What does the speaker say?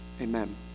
Amen